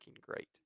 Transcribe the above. great